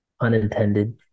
unintended